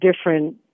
different